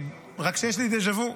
רק שיש לי דז'ה וו,